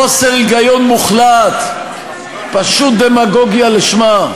חוסר היגיון מוחלט, פשוט דמגוגיה לשמה.